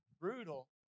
Brutal